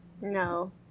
No